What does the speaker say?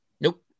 Nope